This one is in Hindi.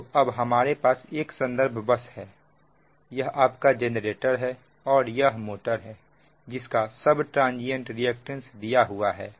तो अब हमारे पास एक संदर्भ बस है यह आपका जनरेटर है और यह मोटर है जिसका सब ट्रांजियंट रिएक्टेंस दिया हुआ है